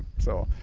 so,